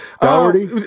Doherty